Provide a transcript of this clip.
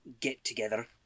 get-together